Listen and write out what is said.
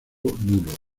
nulo